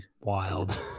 wild